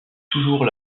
toujours